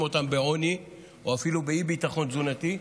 אותם בעוני או אפילו באי-ביטחון תזונתי,